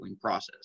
process